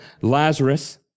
Lazarus